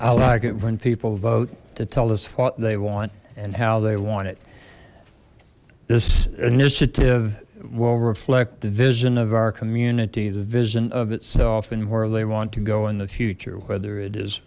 i like it when people vote to tell us what they want and how they want it this initiative will reflect the vision of our community the vision of itself and where they want to go in the future whether it is